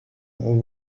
ont